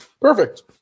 Perfect